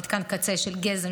מתקן קצה של גזם,